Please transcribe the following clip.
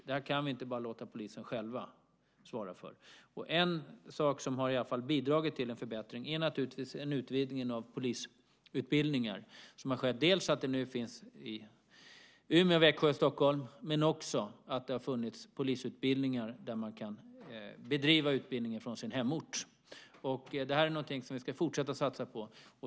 Det här kan vi inte bara låta polisen själv svara för. En sak som i alla fall har bidragit till en förbättring är naturligtvis den utvidgning av polisutbildningarna som har skett. Nu finns utbildning i Umeå, Växjö och Stockholm, men det har också funnits polisutbildningar som man kunnat delta i från sin hemort. Det är någonting som vi ska fortsätta att satsa på.